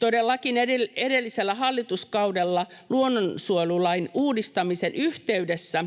Todellakin edellisellä hallituskaudella luonnonsuojelulain uudistamisen yhteydessä